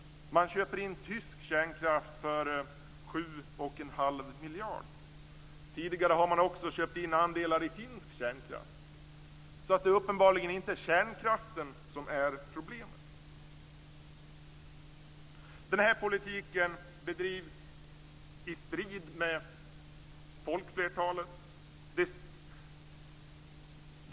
Man köper in tysk kärnkraft för 7 1⁄2 miljard. Tidigare har man också köpt in andelar i finsk kärnkraft, så det är uppenbarligen inte kärnkraften som är problemet. Den här politiken bedrivs i strid med folkflertalet.